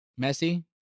Messi